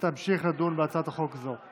שתמשיך לדון בהצעת חוק זו.